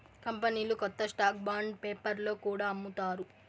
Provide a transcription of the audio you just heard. కంపెనీలు కొత్త stock bond పేపర్లో కూడా అమ్ముతారు